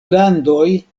landoj